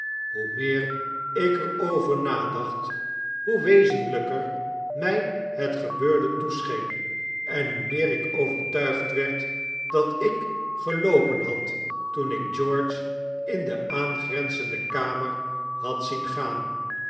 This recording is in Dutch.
hoe meer ik er over nadacht hoe wezenlijker my het gebeurde toescheen en hoe meer ik overtuigd werd dat ik geloopen had toen ik george in de aangrenzende kamer had zien gaan